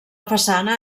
façana